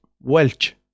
Welch